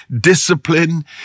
discipline